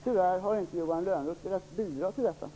Tyvärr har inte Johan Lönnroth velat bidra till detta.